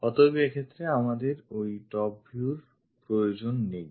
অতএব এক্ষেত্রে আমাদের ওই top view র প্রয়োজন নেই